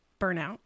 burnout